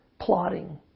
plotting